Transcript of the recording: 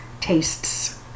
tastes